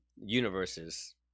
universes